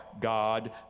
God